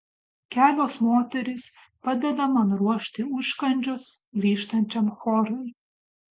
kelios moterys padeda man ruošti užkandžius grįžtančiam chorui